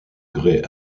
grès